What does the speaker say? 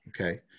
okay